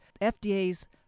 FDA's